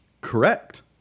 Correct